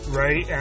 right